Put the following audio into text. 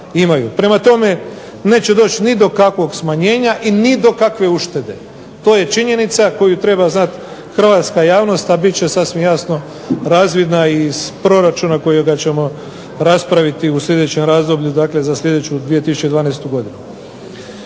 Prema tome, neće doći ni do kakvog smanjenja i ni do kakve uštede. To je činjenica koju treba znati hrvatska javnost, a bit će sasvim jasno razvidna iz proračuna kojega ćemo raspraviti u sljedećem razdoblju, dakle za sljedeću 2012. godinu.